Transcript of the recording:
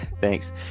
Thanks